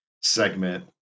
segment